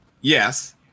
yes